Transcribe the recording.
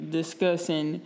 discussing